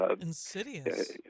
insidious